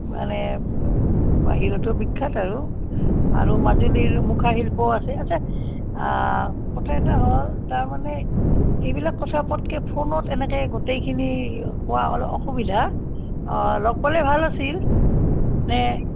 মানে বাহিৰতো বিখ্য়াত আৰু আৰু মাজুলীৰ মুখা শিল্পও আছে আচ্ছা কথা এটা হ'ল তাৰমানে এইবিলাক কথা পটকৈ ফোনত এনেকৈয়ে গোটেইখিনি কোৱা অলপ অসুবিধা অঁ লগ পালে ভাল আছিল নে